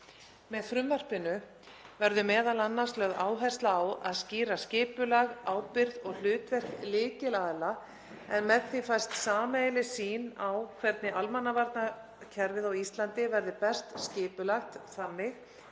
Með frumvarpinu verður m.a. lögð áhersla á að skýra skipulag, ábyrgð og hlutverk lykilaðila en með því fæst sameiginleg sýn á hvernig almannavarnakerfið á Íslandi verði best skipulagt þannig